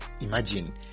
imagine